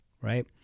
right